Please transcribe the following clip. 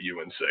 UNC